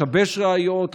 לשבש ראיות,